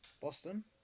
Boston